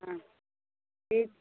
ஆ fees